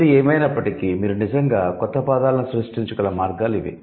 ఏది ఏమైనప్పటికీ మీరు నిజంగా కొత్త పదాలను సృష్టించగల మార్గాలు ఇవి